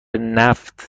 نقد